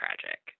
tragic